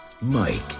Mike